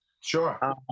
Sure